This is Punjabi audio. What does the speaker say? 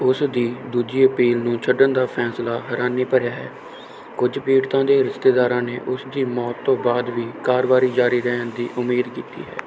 ਉਸ ਦੀ ਦੂਜੀ ਅਪੀਲ ਨੂੰ ਛੱਡਣ ਦਾ ਫੈਸਲਾ ਹੈਰਾਨੀ ਭਰਿਆ ਹੈ ਕੱਝ ਪੀੜ੍ਹਤਾਂ ਦੇ ਰਿਸ਼ਤੇਦਾਰਾਂ ਨੇ ਉਸ ਦੀ ਮੌਤ ਤੋਂ ਬਾਅਦ ਵੀ ਕਾਰਵਾਈ ਜਾਰੀ ਰਹਿਣ ਦੀ ਉਮੀਦ ਕੀਤੀ ਹੈ